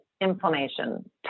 inflammation